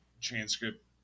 transcript